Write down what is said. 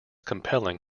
compelling